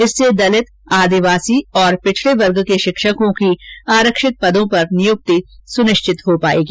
इससे दलित आदिवासी और पिछड़े वर्ग के शिक्षकों की आरक्षित पदों पर नियुक्ति सुनिश्चित हो पाएगी